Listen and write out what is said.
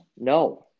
No